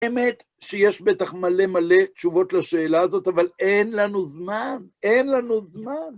האמת שיש בטח מלא מלא תשובות לשאלה הזאת, אבל אין לנו זמן, אין לנו זמן.